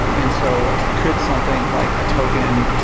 and so could something like a token,